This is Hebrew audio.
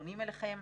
שפונים אליכם.